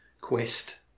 quest